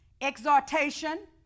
exhortation